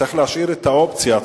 צריך להשאיר את האופציה.